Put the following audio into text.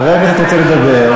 חבר כנסת רוצה לדבר.